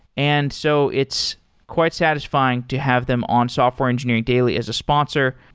and so it's quite satisfying to have them on software engineering daily as a sponsor.